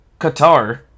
Qatar